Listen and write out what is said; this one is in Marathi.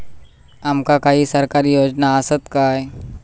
आमका काही सरकारी योजना आसत काय?